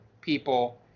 people